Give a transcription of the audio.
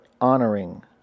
honoring